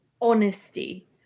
honesty